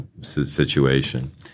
situation